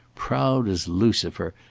proud as lucifer,